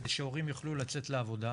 כדי שהורים יוכלו לצאת לעבודה,